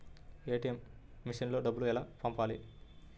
ATM మెషిన్లో డబ్బులు ఎలా పంపాలి?